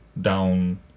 down